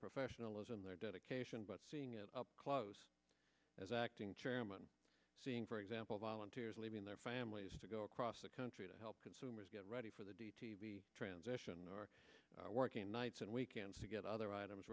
professionalism their dedication but seeing it up close as acting chairman seeing for example volunteers leaving their families to go across the country to help consumers get ready for the d t b transition or working nights and weekends to get other items